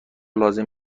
لازم